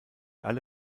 alle